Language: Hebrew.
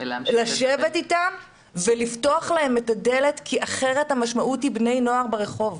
לשבת איתם ולפתוח להם את הדלת כי אחרת המשמעות היא בני נוער ברחוב,